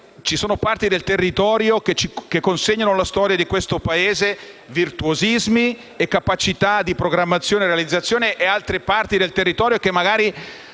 dire che parti del nostro territorio consegnano alla storia di questo Paese virtuosismi e capacità di programmazione e realizzazione e altre parti del territorio magari